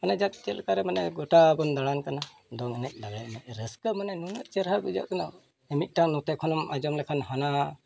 ᱚᱱᱟ ᱡᱟᱠ ᱪᱮᱫ ᱞᱮᱠᱟᱨᱮ ᱢᱟᱱᱮ ᱜᱳᱴᱟᱵᱚᱱ ᱫᱟᱬᱟᱱ ᱠᱟᱱᱟ ᱫᱚᱝ ᱮᱱᱮᱡ ᱞᱟᱜᱽᱲᱮ ᱮᱱᱮᱡ ᱨᱟᱹᱥᱠᱟᱹ ᱢᱟᱱᱮ ᱱᱩᱱᱟᱹᱜ ᱪᱮᱦᱨᱟ ᱵᱩᱡᱷᱟᱹᱜ ᱠᱟᱱᱟ ᱢᱤᱫᱴᱟᱝ ᱱᱚᱛᱮ ᱠᱷᱚᱱᱮᱢ ᱟᱸᱡᱚᱢ ᱞᱮᱠᱷᱟᱱ ᱦᱟᱱᱟ